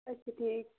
اچھا ٹھیٖک